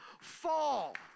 fall